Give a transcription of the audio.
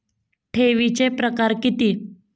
ठेवीचे प्रकार किती?